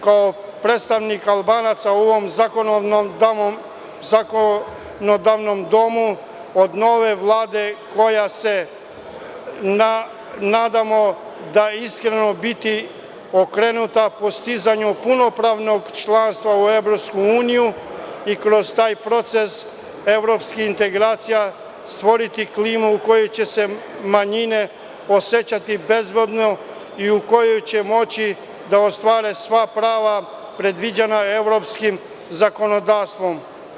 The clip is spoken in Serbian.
Kao predstavnik Albanaca u ovom zakonodavnom domu, od nove Vlade, za koju se nadamo iskreno da će biti okrenuta postizanju punopravnog članstva u EU i kroz taj proces evropskih integracija stvoriti klimu u kojoj će se manjine osećati bezbedno i u kojoj će moći da ostvare sva prava predviđena evropskim zakonodavstvom.